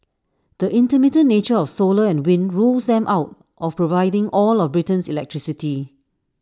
the intermittent nature of solar and wind rules them out of providing all of Britain's electricity